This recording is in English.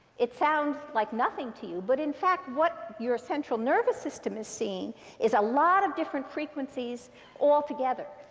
it sounds like nothing to you. but in fact what your central nervous system is seeing is a lot of different frequencies all together.